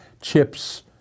chips